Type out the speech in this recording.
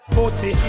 Pussy